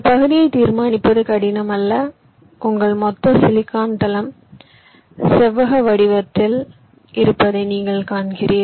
பகுதியை தீர்மானிப்பது கடினம் அல்ல உங்கள் மொத்த சிலிக்கான் தளம் செவ்வக வடிவத்தில் இருப்பதை நீங்கள் காண்கிறீர்கள்